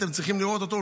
אתם צריכים לראות אותו.